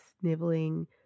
sniveling